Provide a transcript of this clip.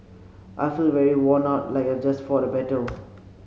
I feel very worn out like I've just fought a battle